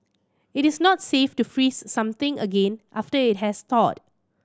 it is not safe to freeze something again after it has thawed